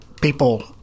people